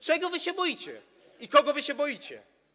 Czego wy się boicie i kogo wy się boicie?